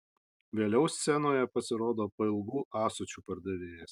vėliau scenoje pasirodo pailgų ąsočių pardavėjas